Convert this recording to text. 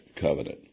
covenant